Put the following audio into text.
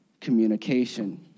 communication